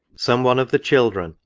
some one of the children,